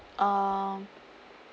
um